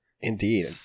Indeed